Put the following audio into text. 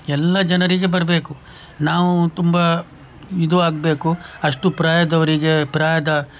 ಎಲ್ಲ ಜನರಿಗೆ ಬರಬೇಕು ನಾವು ತುಂಬ ಇದು ಆಗಬೇಕು ಅಷ್ಟು ಪ್ರಾಯದವರಿಗೆ ಪ್ರಾಯದ